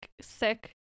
sick